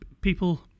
people